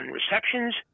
receptions